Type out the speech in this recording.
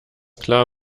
klar